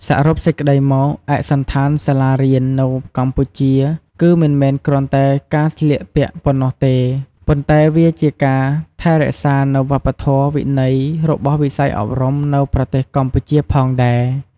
សរុបសេចក្តីមក ឯកសណ្ឋានសាលារៀននៅកម្ពុជាគឺមិនមែនគ្រាន់តែការស្លៀកពាក់ប៉ុណ្ណោះទេ ប៉ុន្តែវាជាការថែរក្សានៅវប្បធម៌វិន័យរបស់វិស័យអប់រំនៅប្រទេសកម្ពុជាផងដែរ។